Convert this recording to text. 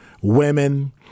women